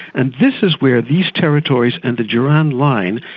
and this is where these territories and the durrand line,